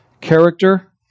Character